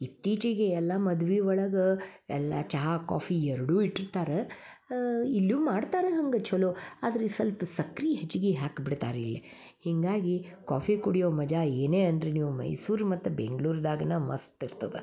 ಇತ್ತೀಚಿಗೆ ಎಲ್ಲ ಮದ್ವಿ ಒಳಗೆ ಎಲ್ಲ ಚಹಾ ಕಾಫಿ ಎರಡೂ ಇಟ್ಟಿರ್ತಾರೆ ಇಲ್ಲು ಮಾಡ್ತಾರೆ ಹಂಗೆ ಚಲೋ ಆದ್ರೆ ಸಲ್ಪ ಸಕ್ರೆ ಹೆಚ್ಗಿ ಹಾಕ್ಬಿಡ್ತಾರೆ ಇಲ್ಲೇ ಹೀಗಾಗಿ ಕಾಫಿ ಕುಡಿಯೋ ಮಜಾ ಏನೇ ಅನ್ರಿ ನೀವು ಮೈಸೂರು ಮತ್ತು ಬೆಂಗ್ಳೂರ್ದಾಗನ ಮಸ್ತ್ ಇರ್ತದೆ